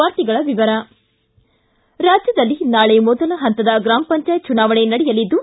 ವಾರ್ತೆಗಳ ವಿವರ ರಾಜ್ಜದಲ್ಲಿ ನಾಳೆ ಮೊದಲ ಹಂತದ ಗ್ರಾಮ ಪಂಚಾಯತ್ ಚುನಾವಣೆ ನಡೆಯಲಿದ್ದು